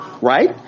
right